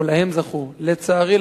לצערי,